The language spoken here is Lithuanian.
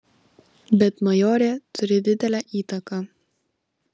bet majorė turi didelę įtaką